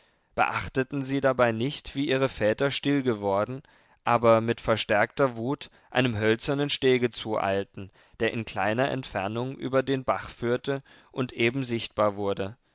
beachteten sie dabei nicht wie ihre väter stillgeworden aber mit verstärkter wut einem hölzernen stege zueilten der in kleiner entfernung über den bach führte und eben sichtbar wurde